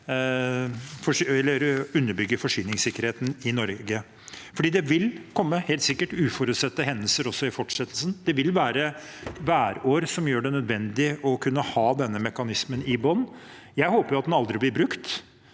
for å underbygge forsyningssikkerheten i Norge, for det vil – helt sikkert – komme uforutsette hendelser også i fortsettelsen. Det vil være værår som gjør det nødvendig å kunne ha denne mekanismen i bunnen. Jeg håper at den aldri blir brukt